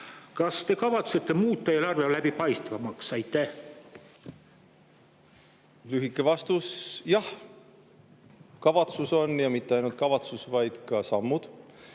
Kas te kavatsete muuta eelarve läbipaistvamaks? Lühike vastus on jah. Kavatsus on, ja mitte ainult kavatsus, vaid ka sammud.